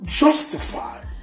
justify